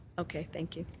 okay. thank you.